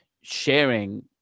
sharing